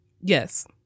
Yes